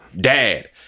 Dad